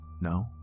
No